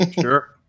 sure